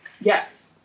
Yes